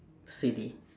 silly